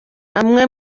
amwe